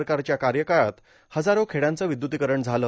सरकारच्या कार्यकाळात हजारो खेड्यांचे विद्युतीकरण झालं